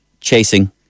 chasing